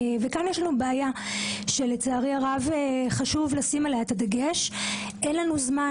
וכאן יש לנו בעיה שלצערי הרב חשוב לשים עליה את הדגש: אין לנו זמן.